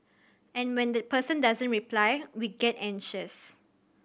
and when that person doesn't reply we get anxious